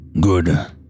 Good